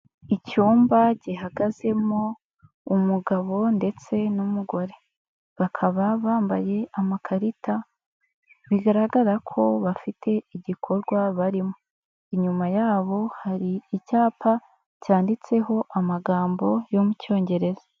icyumba gihagazemo umugabo ndetse n'umugore bakaba bambaye amakarita bigaragara ko bafite igikorwa barimo inyuma yabo hari icyapa cyanditseho amagambo yo mu cyongereza.